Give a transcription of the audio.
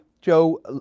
Joe